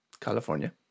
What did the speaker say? California